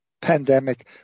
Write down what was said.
pandemic